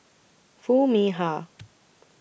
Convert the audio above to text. Foo Mee Har